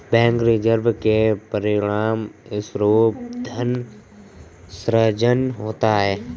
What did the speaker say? bank reserve के परिणामस्वरूप धन सृजन होता है